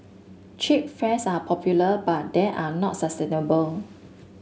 cheap fares are popular but they are not sustainable